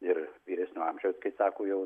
ir vyresnio amžiaus kai sako jau